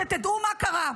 שתדעו מה קרה: